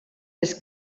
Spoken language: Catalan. les